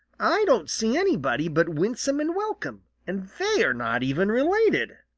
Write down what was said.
i don't see anybody but winsome and welcome, and they are not even related,